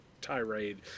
tirade